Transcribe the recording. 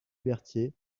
berthier